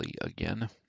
again